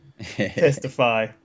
Testify